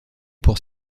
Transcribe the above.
pour